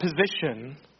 position